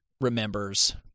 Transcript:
remembers